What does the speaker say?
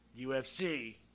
UFC